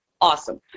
awesome